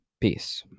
Peace